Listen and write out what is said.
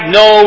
no